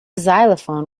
xylophone